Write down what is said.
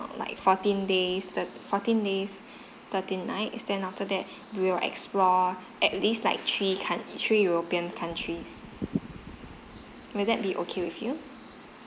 like fourteen days third~ fourteen days thirteen night and then after that we'll explore at least like three coun~ three european countries will that be okay with you